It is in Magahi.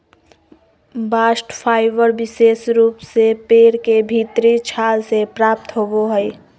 बास्ट फाइबर विशेष रूप से पेड़ के भीतरी छाल से प्राप्त होवो हय